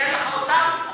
ניתן לך אותם.